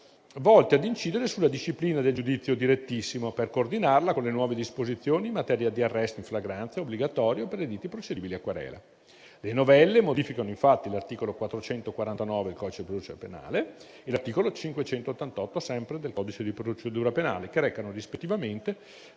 volti ad incidere sulla disciplina del giudizio direttissimo, per coordinarla con le nuove disposizioni in materia di arresto in flagranza e obbligatorio per le liti procedibili a querela. Le novelle modificano l'articolo 449 del codice di procedura penale e l'articolo 588, sempre del codice di procedura penale, che recano, rispettivamente,